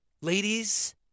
Ladies